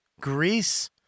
Greece